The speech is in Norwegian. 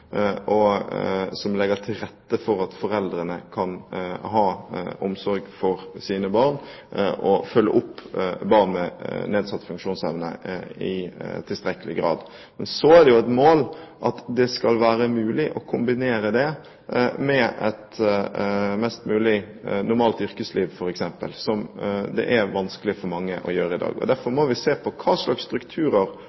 og som legger til rette for at foreldrene kan ha omsorg for sine barn og følge opp barn med nedsatt funksjonsevne i tiltrekkelig grad. Men så er det jo et mål at det skal være mulig å kombinere det med et mest mulig normalt yrkesliv, som det er vanskelig for mange å gjøre i dag. Derfor må vi se på hva slags strukturer og